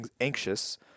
anxious